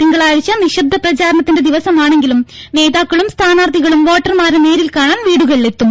തിങ്കളാഴ്ച നിശബ്ദ പ്രചാരണത്തിന്റെ ദിവസമാണെങ്കിലും നേതാക്കളും സ്ഥാനാർത്ഥി കളും വോട്ടർമാരെ നേരിൽക്കാണാൻ വീടുകളിലെത്തും